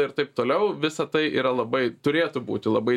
ir taip toliau visa tai yra labai turėtų būti labai